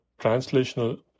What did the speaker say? translational